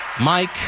Mike